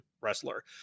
wrestler